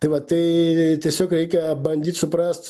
tai va tai tiesiog reikia bandyt suprast